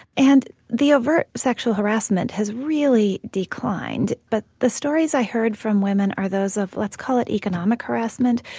and the overt sexual harassment has really declined but the stories i heard from women are those of, let's call it economic harassment,